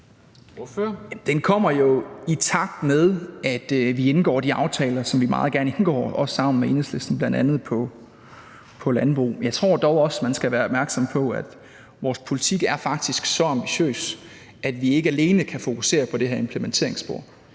Den kommer jo, i takt med at vi indgår de aftaler, som vi meget gerne indgår, også sammen med Enhedslisten, bl.a. på landbrug. Men jeg tror dog også, at man skal være opmærksom på, at vores politik faktisk er så ambitiøs, at vi ikke alene kan fokusere på det her implementeringsspor.